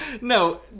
no